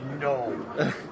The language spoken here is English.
No